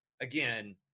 again